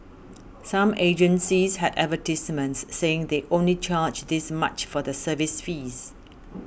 some agencies had advertisements saying they only charge this much for the service fees